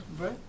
Right